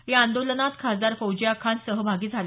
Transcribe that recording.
या आंदोलनात खासदार फौजिया खान सहभागी झाल्या